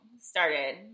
started